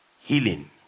healing